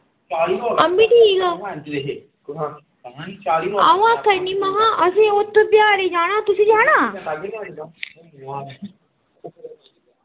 आम्बी ठीक आं आऊं आक्खा नी महा असें उत जाना तुसी जान